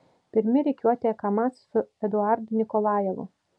pirmi rikiuotėje kamaz su eduardu nikolajevu